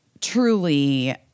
truly